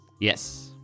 Yes